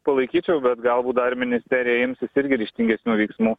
palaikyčiau bet galbūt dar ministerija imsis irgi ryžtingesnių veiksmų